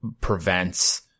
prevents